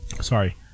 sorry